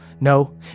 no